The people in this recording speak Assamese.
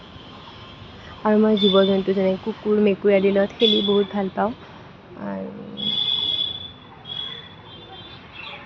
আৰু মই জীৱ জন্তু যেনে কুকুৰ মেকুৰী আদিৰ লগত খেলি বহুত ভাল পাওঁ আৰু